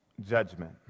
judgment